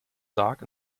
dark